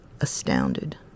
astounded